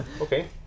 Okay